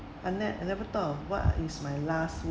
I ne~ I never thought of what is my last